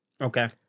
Okay